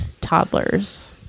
toddlers